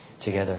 together